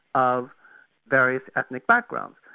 of various ethnic backgrounds.